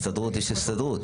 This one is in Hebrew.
יש הסתדרות.